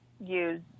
use